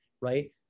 right